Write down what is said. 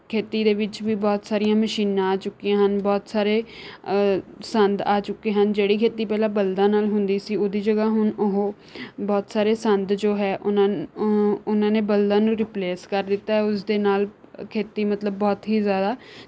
ਖੇਤੀ ਦੇ ਵਿੱਚ ਵੀ ਬਹੁਤ ਸਾਰੀਆਂ ਮਸ਼ੀਨਾਂ ਆ ਚੁੱਕੀਆਂ ਹਨ ਬਹੁਤ ਸਾਰੇ ਸੰਦ ਆ ਚੁੱਕੇ ਹਨ ਜਿਹੜੀ ਖੇਤੀ ਪਹਿਲਾਂ ਬਲਦਾਂ ਨਾਲ ਹੁੰਦੀ ਸੀ ਉਹਦੀ ਜਗ੍ਹਾ ਹੁਣ ਉਹ ਬਹੁਤ ਸਾਰੇ ਸੰਦ ਜੋ ਹੈ ਉਹਨਾਂ ਉਹਨਾਂ ਨੇ ਬਲਦਾਂ ਨੂੰ ਰਿਪਲੇਸ ਕਰ ਦਿੱਤਾ ਹੈ ਉਸ ਦੇ ਨਾਲ ਖੇਤੀ ਮਤਲਬ ਬਹੁਤ ਹੀ ਜ਼ਿਆਦਾ